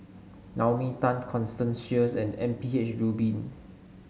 Naomi Tan Constance Sheares and M P H Rubin